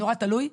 נורא תלוי.